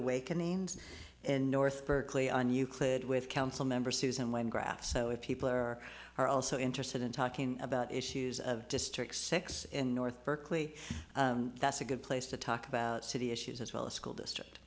awakenings and north berkeley on euclid with council member susan lyne graf so if people are are also interested in talking about issues of district six in north berkeley that's a good place to talk about city issues as well as school district